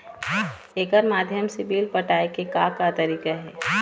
एकर माध्यम से बिल पटाए के का का तरीका हे?